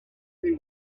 they